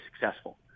successful